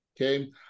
Okay